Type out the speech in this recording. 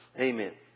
Amen